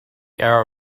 hour